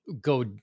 go